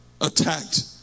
attacked